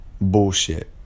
bullshit